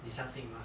你相信 mah